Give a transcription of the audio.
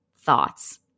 thoughts